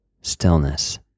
stillness